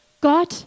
God